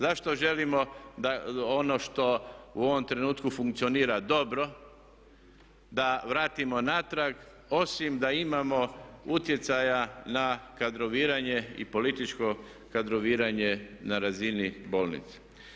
Zašto želimo da ono što u ovom trenutku funkcionira dobro da vratimo natrag, osim da imamo utjecaja na kadroviranje i političko kadroviranje na razini bolnica.